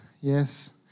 Yes